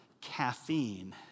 Caffeine